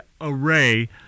array